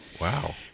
wow